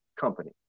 company